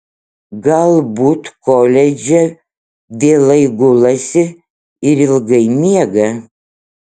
galbūt koledže vėlai gulasi ir ilgai miega